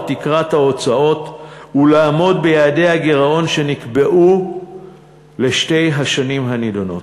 תקרת ההוצאות ולעמוד ביעדי הגירעון שנקבעו לשתי השנים הנדונות.